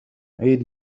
عيد